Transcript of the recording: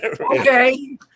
Okay